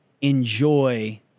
enjoy